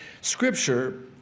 Scripture